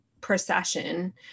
procession